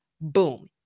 Boom